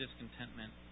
discontentment